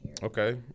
Okay